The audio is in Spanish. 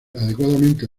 adecuadamente